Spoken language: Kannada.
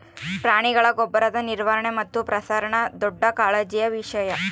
ಪ್ರಾಣಿಗಳ ಗೊಬ್ಬರದ ನಿರ್ವಹಣೆ ಮತ್ತು ಪ್ರಸರಣ ದೊಡ್ಡ ಕಾಳಜಿಯ ವಿಷಯ